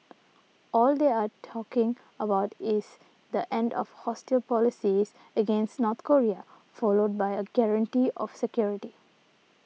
all they are talking about is the end of hostile policies against North Korea followed by a guarantee of security